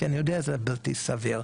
כני אני יודע שזה בלתי סביר,